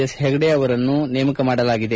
S Hegde ಅವರನ್ನು ನೇಮಕ ಮಾಡಲಾಗಿದೆ